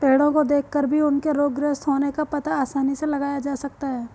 पेड़ो को देखकर भी उनके रोगग्रस्त होने का पता आसानी से लगाया जा सकता है